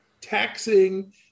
taxing